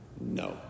No